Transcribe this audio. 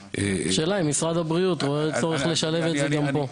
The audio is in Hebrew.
השאלה אם משרד הבריאות רואה צורך לשלב את זה גם פה.